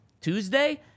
Tuesday